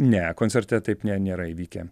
ne koncerte taip ne nėra įvykę